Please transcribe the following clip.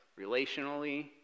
relationally